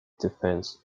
defence